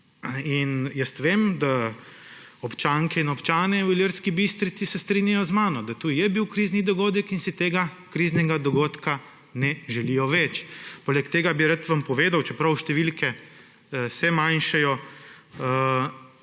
Vem, da se občanke in občani v Ilirski Bistrici strinjajo z mano, da to je bil krizni dogodek in si tega kriznega dogodka ne želijo več. Poleg tega bi vam rad povedal, čeprav številke se manjšajo,